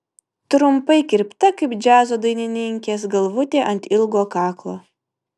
trumpai kirpta kaip džiazo dainininkės galvutė ant ilgo kaklo